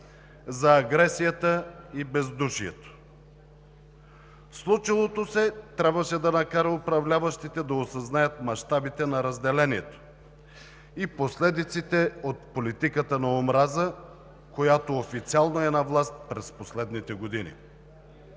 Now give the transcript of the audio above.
за агресията и бездушието. Случилото се трябваше да накара управляващите да осъзнаят мащабите на разделението и последиците от политиката на омраза, която официално е на власт през последните години.